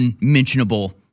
unmentionable